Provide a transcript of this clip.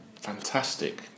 fantastic